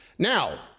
Now